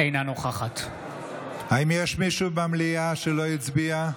אינה נוכחת האם יש מישהו במליאה שלא הצביע?